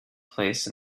place